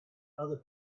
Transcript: other